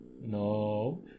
No